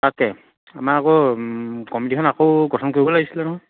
তাকে আমাৰ আকৌ কমিটিখন আকৌ গঠন কৰিব লাগিছিলে নহয়